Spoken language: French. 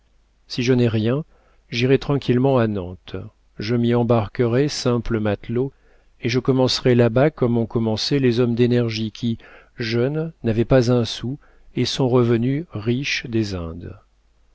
si je n'ai rien j'irai tranquillement à nantes je m'y embarquerai simple matelot et je commencerai là-bas comme ont commencé les hommes d'énergie qui jeunes n'avaient pas un sou et sont revenus riches des indes